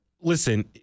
listen –